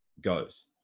goes